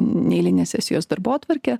neeilinės sesijos darbotvarkę